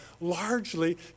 largely